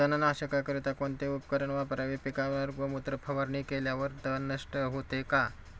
तणनाशकाकरिता कोणते उपकरण वापरावे? पिकावर गोमूत्र फवारणी केल्यावर तण नष्ट होते का?